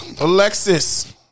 Alexis